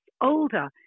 older